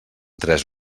tres